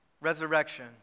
resurrection